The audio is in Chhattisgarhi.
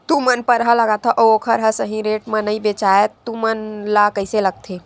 तू मन परहा लगाथव अउ ओखर हा सही रेट मा नई बेचवाए तू मन ला कइसे लगथे?